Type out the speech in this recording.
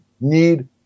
need